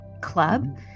club